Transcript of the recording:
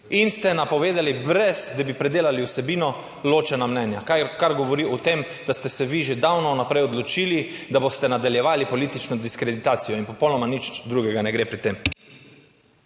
in ste napovedali brez, da bi predelali vsebino, ločena mnenja. Kar govori o tem, da ste se vi že davno vnaprej odločili, da boste nadaljevali politično diskreditacijo in popolnoma nič drugega ne gre pri tem.